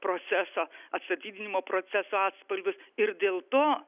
proceso atstatydinimo proceso atspalvius ir dėl to